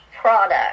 product